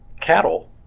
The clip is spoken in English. cattle